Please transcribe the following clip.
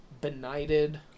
Benighted